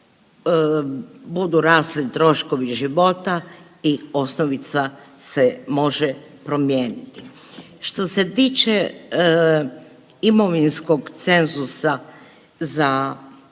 budu rasli troškovi života i osnovica se može promijeniti. Što se tiče imovinskog cenzusa za